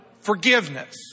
forgiveness